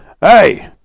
Hey